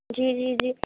جی جی جی